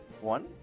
one